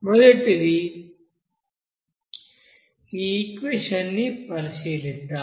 మొదట ఈ ఈక్వెషన్ని వ్రాద్దాం